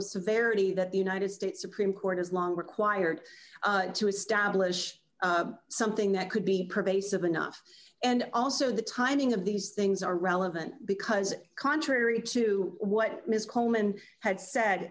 of severity that the united states supreme court has long required to establish something that could be pervasive enough and also the timing of these things are relevant because contrary to what mr coleman had said